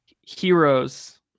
Heroes